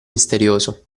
misterioso